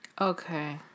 Okay